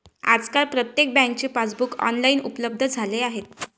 आजकाल प्रत्येक बँकेचे पासबुक ऑनलाइन उपलब्ध झाले आहे